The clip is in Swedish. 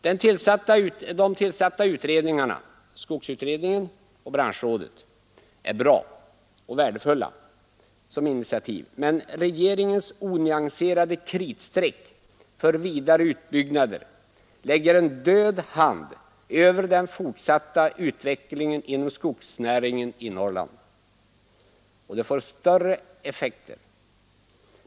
De tillsatta utredningarna — skogsutredningen och branschrådet — är bra och värdefulla initiativ, men regeringens onyanserade kritstreck för vidare utbyggnader lägger en död hand över den fortsatta utvecklingen inom skogsnäringen i Norrland. Och det får än större effekter.